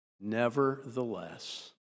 Nevertheless